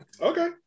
Okay